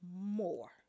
more